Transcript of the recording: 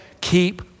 keep